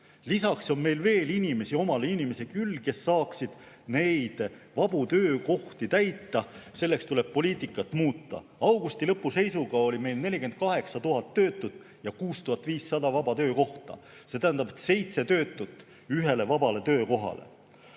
Lisaks on meil omal veel küllalt inimesi, kes saaksid neid vabu töökohti täita. Selleks tuleb poliitikat muuta. Augusti lõpu seisuga oli meil 48 000 töötut ja 6500 vaba töökohta, see tähendab, seitse töötut ühele vabale töökohale.